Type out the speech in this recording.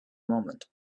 moment